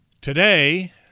Today